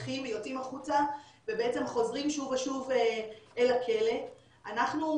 מתפתחים ויוצאים החוצה ובעצם חוזרים שוב ושוב אל הכלא אנחנו,